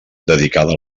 dedicada